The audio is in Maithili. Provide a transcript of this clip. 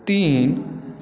तीन